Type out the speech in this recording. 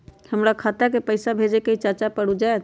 हमरा खाता के पईसा भेजेए के हई चाचा पर ऊ जाएत?